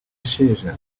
sheja